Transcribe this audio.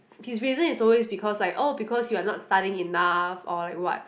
his reason is always because like oh because you are not studying enough or like what